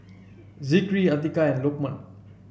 Zikri Atiqah and Lokman